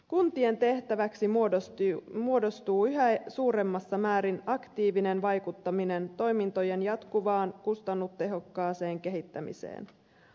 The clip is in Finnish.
kuntien tehtäväksi muodostuu yhä suuremmassa määrin aktiivinen vaikuttaminen toimintojen jatkuvaan kustannustehokkaaseen kehittämiseen